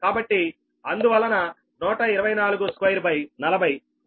కాబట్టి అందువలన 1242 40 384